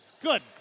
Good